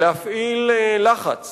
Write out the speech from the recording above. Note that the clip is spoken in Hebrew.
להפעיל לחץ